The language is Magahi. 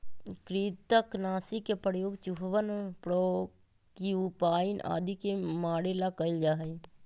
कृन्तकनाशी के प्रयोग चूहवन प्रोक्यूपाइन आदि के मारे ला कइल जा हई